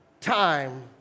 Time